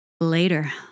Later